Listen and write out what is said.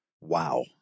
Wow